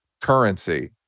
currency